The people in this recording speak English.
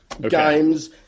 games